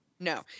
No